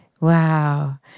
Wow